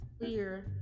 clear